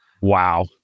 Wow